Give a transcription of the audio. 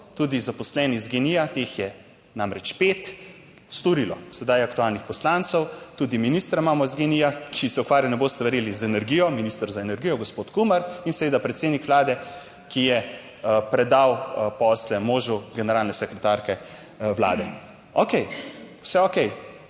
tudi zaposleni z GEN-I, teh je namreč pet storilo sedaj aktualnih poslancev, tudi ministra imamo iz GEN-I, ki se ukvarja, ne boste verjeli, z energijo. Minister za energijo, gospod Kumer in seveda predsednik Vlade, ki je predal posle možu generalne sekretarke Vlade. Okej, vse okej,